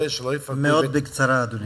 מאוד בקצרה, אדוני.